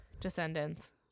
Descendants